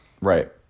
Right